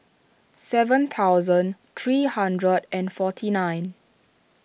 seven thousand three hundred and forty nine